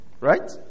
Right